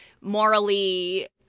morally